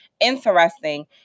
interesting